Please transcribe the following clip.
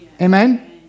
Amen